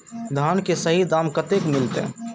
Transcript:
धान की सही दाम कते मिलते?